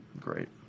Great